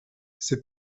c’est